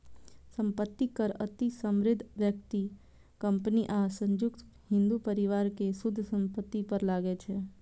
संपत्ति कर अति समृद्ध व्यक्ति, कंपनी आ संयुक्त हिंदू परिवार के शुद्ध संपत्ति पर लागै छै